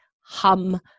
hum